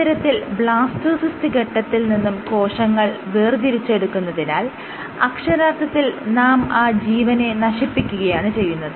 ഇത്തരത്തിൽ ബ്ലാസ്റ്റോസിസ്റ്റ് ഘട്ടത്തിൽ നിന്നും കോശങ്ങൾ വേർതിരിച്ചെടുക്കുമ്പോൾ അക്ഷരാർത്ഥത്തിൽ നാം ആ ജീവനെ നശിപ്പിക്കുകയാണ് ചെയ്യുന്നത്